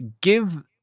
give